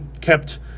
kept